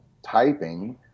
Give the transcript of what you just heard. typing